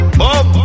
boom